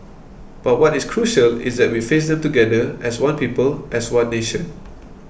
but what is crucial is that we face them together as one people as one nation